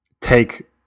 take